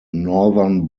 northern